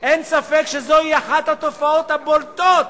"אין ספק שזו אחת התופעות הבולטות